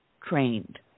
trained